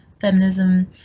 feminism